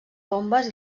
bombes